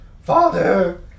Father